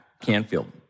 Canfield